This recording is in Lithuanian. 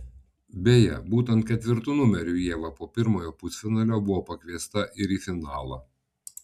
beje būtent ketvirtu numeriu ieva po pirmojo pusfinalio buvo pakviesta ir į finalą